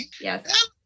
Yes